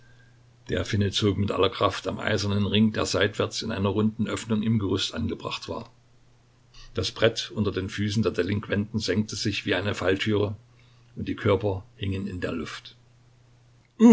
der finne zog mit aller kraft am eisernen ring der seitwärts in einer runden öffnung im gerüst angebracht war das brett unter den füßen der delinquenten senkte sich wie eine falltüre und die körper hingen in der luft